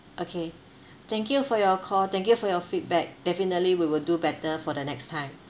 okay thank you for your call thank you for your feedback definitely we will do better for the next time